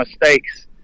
mistakes